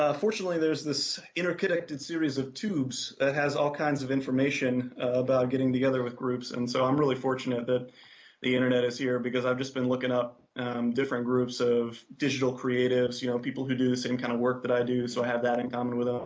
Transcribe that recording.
ah fortunately, there is this interconnected series of tubes that has all kinds of information about getting the other groups and so i'm really fortunate that the internet is here because i've just been looking up different groups of digital creative, you know, people who do the same kind of work that i do, so i have that in common with